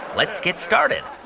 let's get started.